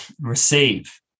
receive